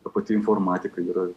ta pati informatika yra